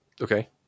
Okay